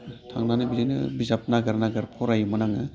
थांनानै बिदिनो बिजाब नागिरै नागिरै फरायोमोन आङो